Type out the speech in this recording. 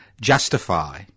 justify